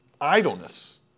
idleness